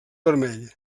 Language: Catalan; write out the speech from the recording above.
vermell